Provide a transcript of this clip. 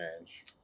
change